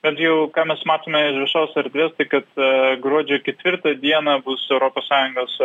bent jau ką mes matome iš viešos erdvės tai kad gruodžio ketvirtą dieną bus europos sąjungos